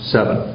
Seven